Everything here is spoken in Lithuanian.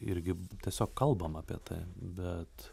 irgi tiesiog kalbam apie tai bet